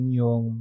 yung